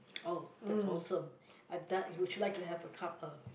oh that's awesome I da~ would you like to have a cup of